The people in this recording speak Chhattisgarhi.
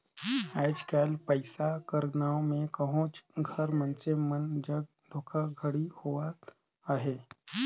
आएज काएल पइसा कर नांव में कहोंच कर मइनसे मन जग धोखाघड़ी होवत अहे